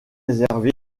réservé